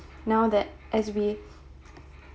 now that as we